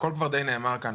הכל כבר די נאמר כאן,